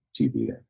TV